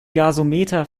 gasometer